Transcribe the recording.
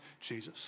Jesus